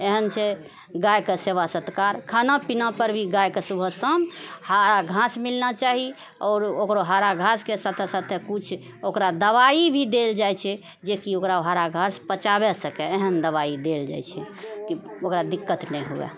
एहन छै गायके सेवा सत्कार खाना पीना पर भी गायके सुबह शाम हरा घास मिलना चाही आओर ओकरो हरा घासके साथे साथे कुछ ओकरा दवाइ भी देल जाइत छै जेकि ओकरा हरा घास पचाबै सकै एहन दवाइ देल जाइत छै कि ओकरा दिक्कत नहि हुए